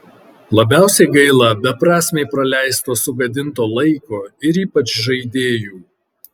labiausiai gaila beprasmiai praleisto sugadinto laiko ir ypač žaidėjų